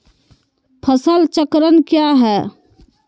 फसल चक्रण क्या है?